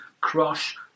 crush